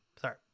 Sorry